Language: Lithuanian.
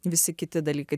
visi kiti dalykai